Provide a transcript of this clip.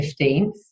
15th